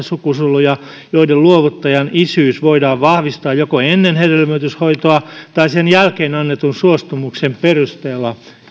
sukusoluja joiden luovuttajan isyys voidaan vahvistaa joko ennen hedelmöityshoitoa tai sen jälkeen annetun suostumuksen perusteella